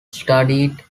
studied